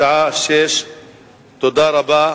בשעה 16:00. תודה רבה.